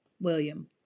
William